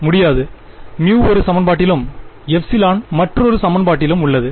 முடியாது μ ஒரு சமன்பாட்டிலும் ε மற்றொரு சமன்பாட்டிலும் உள்ளது